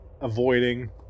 avoiding